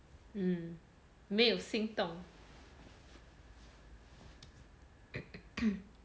mm 没有心动